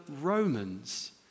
Romans